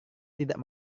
tidak